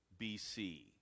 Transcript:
BC